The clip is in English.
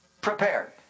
Prepared